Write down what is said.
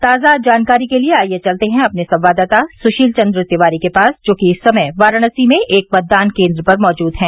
ताजा जानकारी के लिए आइये चलते हैं अपने संवाददाता सुशील चन्द्र तिवारी के पास जो कि इस समय वाराणसी में एक मतदान केन्द्र पर मौजूद हैं